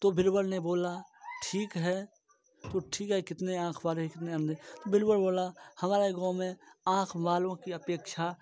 तो बीरबल ने बोला ठीक है तो ठीक है कितने आँख वाले है कितने अंधे बीरबल बोला हमारे गाँव में आँख वालों की अपेक्षा